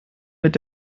mit